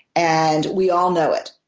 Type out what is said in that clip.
and we all know it.